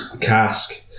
cask